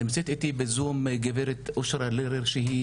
נמצאת איתי בזום גברת אושרה לרר שהיא